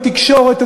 בתקשורת,